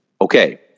Okay